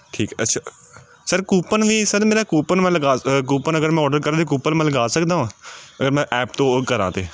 ਠੀਕ ਅੱਛਾ sir coupon ਵੀ ਸਰ ਮੇਰਾ ਕੂਪਨ ਮੈਂ ਲਗਾ ਕੂਪਨ ਅਗਰ ਮੈਂ ਔਡਰ ਕਰਾਂ ਅਤੇ ਕੂਪਨ ਮੈਂ ਲਗਾ ਸਕਦਾ ਵਾਂ ਅਗਰ ਮੈਂ ਐਪ ਤੋਂ ਕਰਾਂ ਅਤੇ